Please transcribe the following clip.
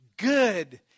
Good